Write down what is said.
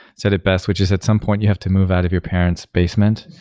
said it best, which is at some point you have to move out of your parents basement,